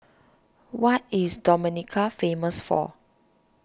what is Dominica famous for